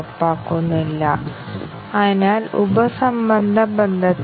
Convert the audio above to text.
അപ്പോൾ നമുക്ക് അതെ രണ്ടും ആവശ്യമാണെന്ന് അവകാശപ്പെടാം